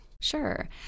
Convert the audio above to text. Sure